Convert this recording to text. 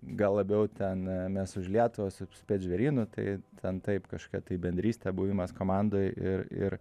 gal labiau ten mes už lietuvą su spec žvėrynu tai ten taip kažkokia tai bendrystė buvimas komandoj ir ir